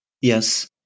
Yes